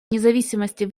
независимости